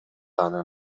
анын